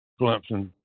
Clemson